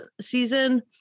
season